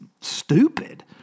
stupid